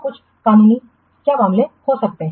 तो कुछ कानूनी क्या मामले हो सकते हैं